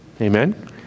amen